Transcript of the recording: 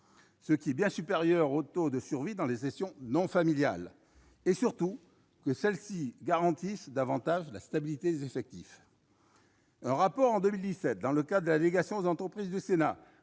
ce qui est bien supérieur aux taux de survie dans les cessions non familiales. Surtout, les transmissions familiales garantissent davantage la stabilité des effectifs. Un rapport publié en 2017 dans le cadre de la délégation aux entreprises du Sénat,